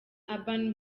urban